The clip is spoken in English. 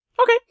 Okay